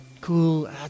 cool